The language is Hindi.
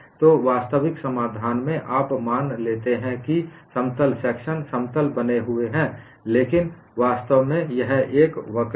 तो वास्तविक समाधान में आप मान लेते हैं कि समतल सेक्शन समतल बने हुए हैं लेकिन वास्तव में यह एक वक्र है